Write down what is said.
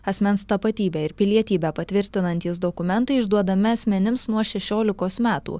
asmens tapatybę ir pilietybę patvirtinantys dokumentai išduodami asmenims nuo šešiolikos metų